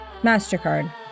MasterCard